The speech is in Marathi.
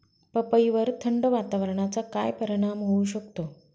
पपईवर थंड वातावरणाचा काय परिणाम होऊ शकतो?